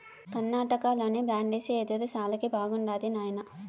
కర్ణాటకలోని బ్రాండిసి యెదురు శాలకి బాగుండాది నాయనా